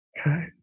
Okay